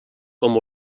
com